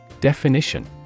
Definition